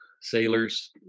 sailors